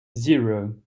zero